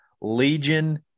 Legion